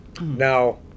Now